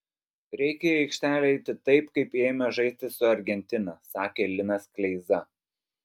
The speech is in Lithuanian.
reikia į aikštelę eiti taip kaip ėjome žaisti su argentina sakė linas kleiza